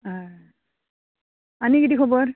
हय आनी किदें खबर